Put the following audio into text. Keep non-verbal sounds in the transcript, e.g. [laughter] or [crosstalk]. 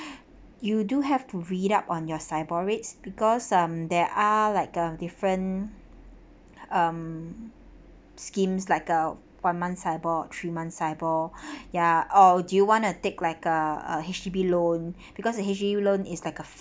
[breath] you do have to read up on your SIBOR rates because um there are like a different um schemes like a one month SIBOR three month SIBOR [breath] ya or do you want to take like a a H_D_B loan because the H_D_B loan is like a